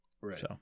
Right